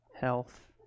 health